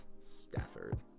stafford